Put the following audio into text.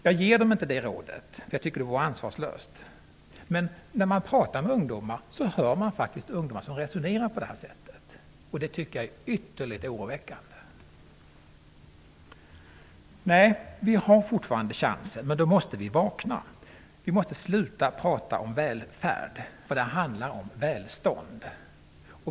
Jag ger dem inte det rådet, för jag tycker att det vore ansvarslöst, men när man pratar med ungdomar hör man faktiskt ungdomar som resonerar på det sättet, och det tycker jag är ytterligt oroväckande. Nej, vi har fortfarande chansen, men då måste vi vakna. Vi måste sluta prata om välfärd, för det handlar om välstånd.